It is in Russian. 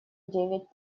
девять